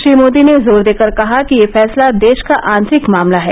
श्री मोदी ने जोर देकर कहा कि यह फैसला देश का आंतरिक मामला है